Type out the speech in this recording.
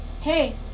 hey